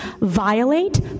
violate